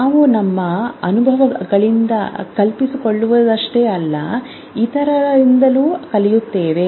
ನಾವು ನಮ್ಮ ಅನುಭವಗಳಿಂದ ಕಲಿಯುವುದಷ್ಟೇ ಅಲ್ಲ ಇತರರಿಂದಲೂ ಕಲಿಯುತ್ತೇವೆ